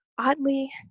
oddly